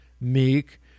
meek